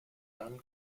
dann